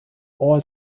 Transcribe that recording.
all